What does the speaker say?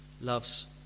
loves